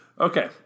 Okay